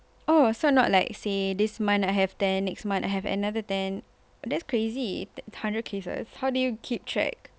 oh so not like say this month I have ten next month I have another ten that's crazy hundred case how do you keep track